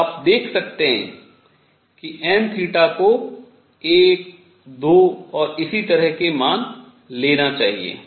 और आप देख सकते हैं कि n को 1 2 और इसी तरह के मान लेना चाहिए